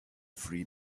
freed